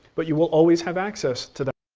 but you will always have access to that.